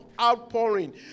outpouring